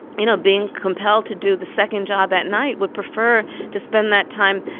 you know, being compelled to do the second job at night would prefer to spend that time,